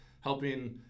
helping